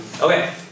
Okay